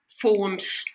forms